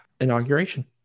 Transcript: inauguration